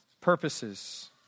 purposes